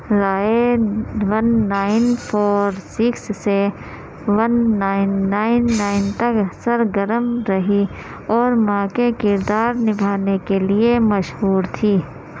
رائے one nine four six سے one nine nine nine تک سرگرم رہی اور ماں کے کردار نبھانے کے لیے مشہور تھی